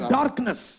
darkness